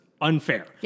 unfair